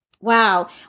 Wow